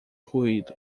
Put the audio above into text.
ruído